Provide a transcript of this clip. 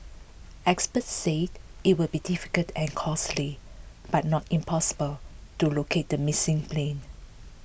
experts say it will be difficult and costly but not impossible to locate the missing plane